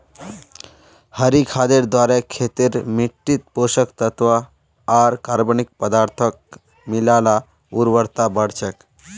हरी खादेर द्वारे खेतेर मिट्टित पोषक तत्त्व आर कार्बनिक पदार्थक मिला ल उर्वरता बढ़ छेक